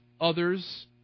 others